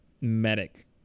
medic